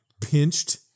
pinched